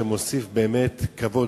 זה מוסיף באמת כבוד,